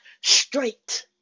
straight